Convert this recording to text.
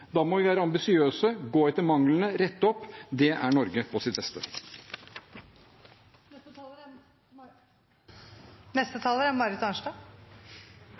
da må vi være ambisiøse, gå etter manglene og rette opp. Det er Norge på sitt